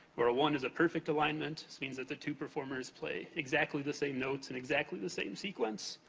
where a one is a perfect alignment, which means that the two performers play exactly the same notes in exactly the same sequence.